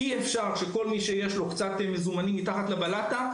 אי אפשר שכל מי שיש לו מעט מזומנים מתחת לבלטה,